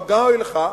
גם באו אליך,